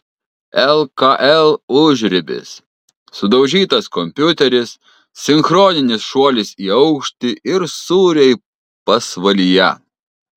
lkl užribis sudaužytas kompiuteris sinchroninis šuolis į aukštį ir sūriai pasvalyje